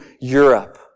Europe